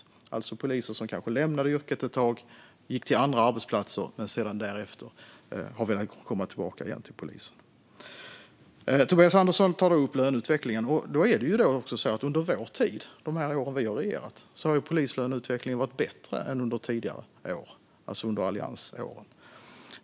Det är alltså poliser som kanske lämnade yrket ett tag och gick till andra arbetsplatser men som därefter velat komma tillbaka till polisen. Tobias Andersson tar upp löneutvecklingen. Det är ju så att under vår tid, under åren då vi har regerat, har polislöneutvecklingen varit bättre än under tidigare år, alltså under alliansåren.